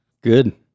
Good